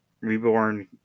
reborn